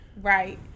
right